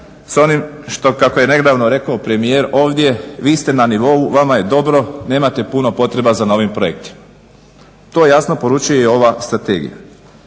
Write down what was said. sa onim što, kako je nedavno rekao premijer ovdje vi ste na nivou, vama je dobro, nemate puno potreba za novim projektima. To jasno poručuje i ova strategija.